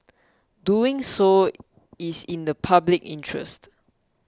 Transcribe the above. doing so is in the public interest